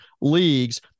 leagues